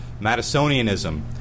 Madisonianism